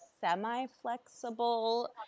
semi-flexible